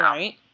Right